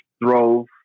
drove